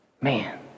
man